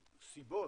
הסיבות,